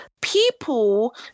people